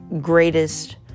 greatest